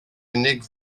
unig